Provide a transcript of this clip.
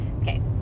Okay